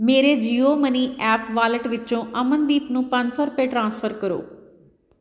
ਮੇਰੇ Jio money app wallet ਵਿੱਚੋਂ ਅਮਨਦੀਪ ਨੂੰ ਪੰਜ ਸੌ ਰੁਪਏ ਟ੍ਰਾਂਸਫਰ ਕਰੋ